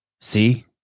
See